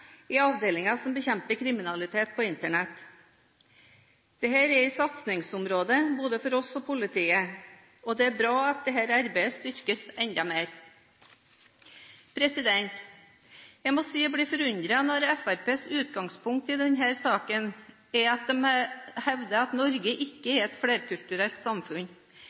i avdelingen som bekjemper kriminalitet på Internett. Dette er et satsingsområde både for oss og for politiet, og det er bra at dette arbeidet styrkes enda mer. Jeg må si jeg blir forundret når Fremskrittspartiets utgangspunkt i denne saken er at Norge ikke er et flerkulturelt samfunn.